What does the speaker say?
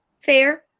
fair